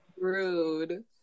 rude